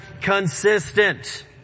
consistent